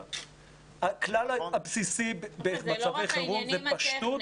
הכלל הבסיסי במצבי חירום זה פשטות